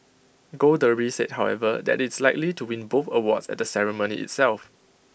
gold Derby said however that IT is likely to win both awards at the ceremony itself